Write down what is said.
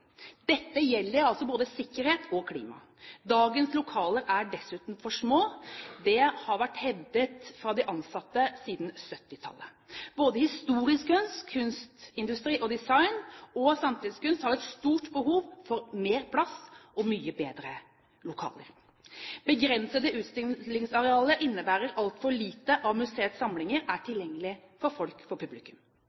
Dette gjelder altså både sikkerhet og klima. Dagens lokaler er dessuten for små. Det har vært hevdet fra de ansatte siden 1970-tallet. Både historisk kunst, kunstindustri, design og samtidskunst har et stort behov for mer plass og mye bedre lokaler. Begrensede utstillingsarealer innebærer at altfor lite av museets samlinger er